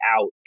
out